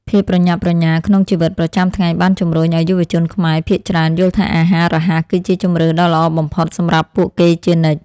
ភាពប្រញាប់ប្រញាល់ក្នុងជីវិតប្រចាំថ្ងៃបានជម្រុញឲ្យយុវជនខ្មែរភាគច្រើនយល់ថាអាហាររហ័សគឺជាជម្រើសដ៏ល្អបំផុតសម្រាប់ពួកគេជានិច្ច។